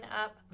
up